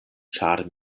ĉar